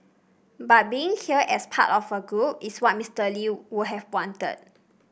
but being here as part of a group is what Mister Lee would have wanted